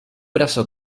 brazo